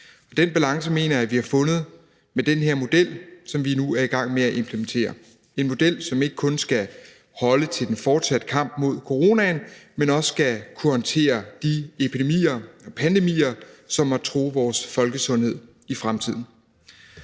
Den balance mener jeg vi har fundet med den her model, som vi nu er i gang med implementere – en model, som ikke kun skal holde til den fortsatte kamp mod coronaen, men også skal kunne håndtere de epidemier og pandemier, som måtte true vores folkesundhed i fremtiden.